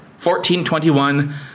1421